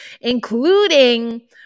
including